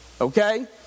Okay